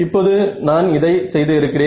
இப்போது நான் இதை செய்து இருக்கிறேன்